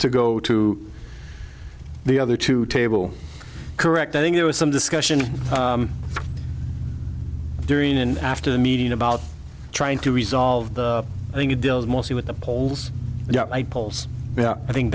to go to the other two table correct i think there was some discussion during and after the meeting about trying to resolve the thing it deals mostly with the poles yet i poles i think